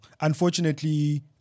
Unfortunately